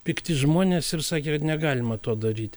pikti žmonės ir sakė kad negalima to daryt